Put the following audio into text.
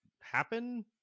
happen